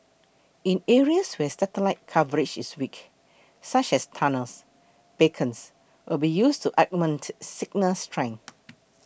in areas where the satellite coverage is weak such as tunnels beacons will be used to augment signal strength